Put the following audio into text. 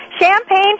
champagne